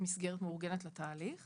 בחולים שלי כמו שאני יודע.